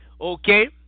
okay